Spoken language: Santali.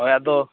ᱦᱳᱭ ᱟᱫᱚ